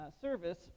service